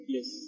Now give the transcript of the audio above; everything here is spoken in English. Yes